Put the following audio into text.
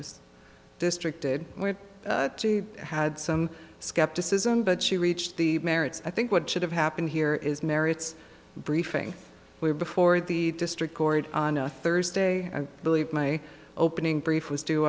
this district did which had some skepticism but she reached the merits i think what should have happened here is merits briefing where before the district court on thursday i believe my opening brief was d